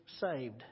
saved